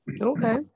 Okay